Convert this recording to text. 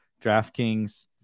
DraftKings